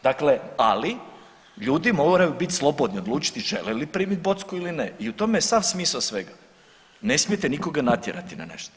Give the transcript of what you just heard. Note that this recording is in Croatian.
Dakle, ali ljudi moraju biti slobodni odlučiti žele li primiti bocku ili ne i u tome je sav smisao svega, ne smijete nikoga natjerati na nešto.